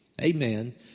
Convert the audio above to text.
Amen